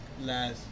last